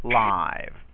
live